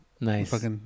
Nice